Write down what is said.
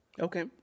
okay